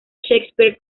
shakespeare